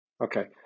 Okay